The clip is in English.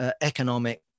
economic